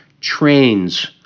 Trains